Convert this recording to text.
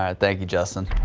um thank you justin.